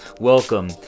welcome